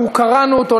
אנחנו קראנו אותו,